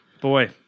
Boy